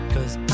Cause